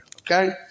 okay